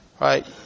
Right